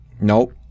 Nope